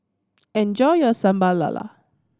enjoy your Sambal Lala